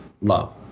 love